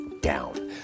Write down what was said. down